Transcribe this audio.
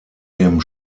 dem